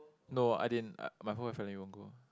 no I didn't uh my whole family won't go